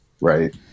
right